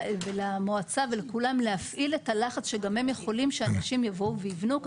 ולמועצה וכולם להפעיל את הלחץ שגם הם יכולים שאנשים יבואו ויבנו.